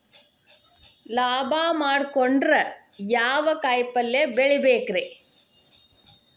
ಲಾಭ ಮಾಡಕೊಂಡ್ರ ಯಾವ ಕಾಯಿಪಲ್ಯ ಬೆಳಿಬೇಕ್ರೇ?